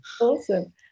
awesome